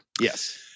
yes